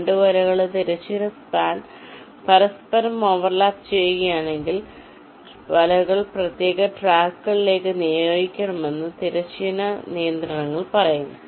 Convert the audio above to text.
2 വലകളുടെ തിരശ്ചീന സ്പാൻ പരസ്പരം ഓവർലാപ്പ് ചെയ്യുകയാണെങ്കിൽ വലകൾ പ്രത്യേക ട്രാക്കുകളിലേക്ക് നിയോഗിക്കണമെന്ന് തിരശ്ചീന നിയന്ത്രണത്തിൽ പറയുന്നു